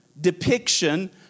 depiction